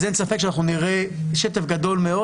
אז אין ספק שאנחנו נראה שטף גדול מאוד